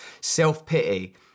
Self-pity